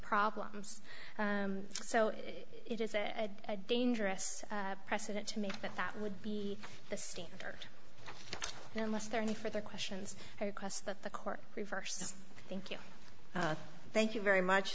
problems so it is a dangerous precedent to make that that would be the standard unless there are any further questions i request that the court reverses thank you thank you very much